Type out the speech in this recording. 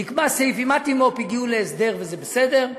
עם מתימו"פ הגיעו להסדר, וזה בסדר.